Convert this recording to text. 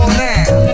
now